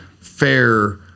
fair